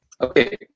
Okay